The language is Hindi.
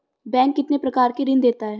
बैंक कितने प्रकार के ऋण देता है?